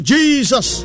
Jesus